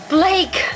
Blake